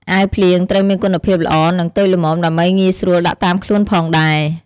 អាវភ្លៀងត្រូវមានគុណភាពល្អនិងតូចល្មមដើម្បីងាយស្រួលដាក់តាមខ្លួនផងដែរ ។